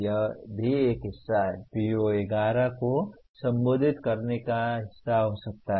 यह भी एक हिस्सा है PO11 को संबोधित करने का हिस्सा हो सकता है